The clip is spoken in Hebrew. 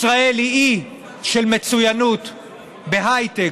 ישראל היא אי של מצוינות בהייטק,